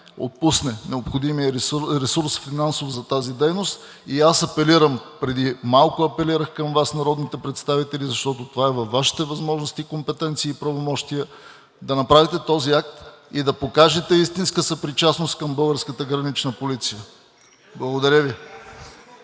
отпусне необходимия финансов ресурс за тази дейност. Аз апелирам – преди малко апелирах към Вас, народните представители, защото във Вашите възможности, компетенции и правомощия е да направите този акт и да покажете истинска съпричастност към българската Гранична полиция. Благодаря Ви.